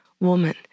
woman